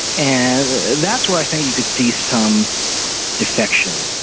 and that's where i think you could see some defections.